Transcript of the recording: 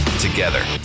Together